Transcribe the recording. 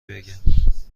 بگم